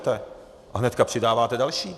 A hnedka přidáváte další.